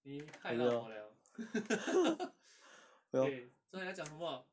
你害到我 liao okay 所以要讲什么